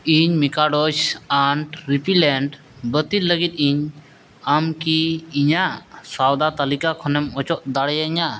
ᱤᱧ ᱢᱤᱠᱟᱰᱳᱡᱽ ant repellent ᱵᱟᱹᱛᱤᱞ ᱞᱟᱹᱜᱤᱫ ᱤᱧ ᱟᱢ ᱠᱤ ᱤᱧᱟᱹᱜ ᱥᱚᱣᱫᱟ ᱛᱟᱹᱞᱤᱠᱟ ᱠᱷᱚᱱᱮᱢ ᱚᱪᱚᱜ ᱫᱟᱲᱮᱭᱟᱹᱧᱟᱹ